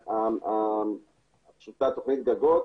ועדה שהייתה תוכנית גגות.